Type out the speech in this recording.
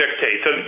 dictates